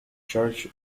church